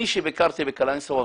אני ביקרתי בקלנסואה,